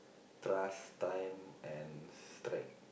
trust time and strength